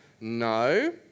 No